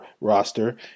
roster